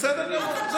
בסדר גמור.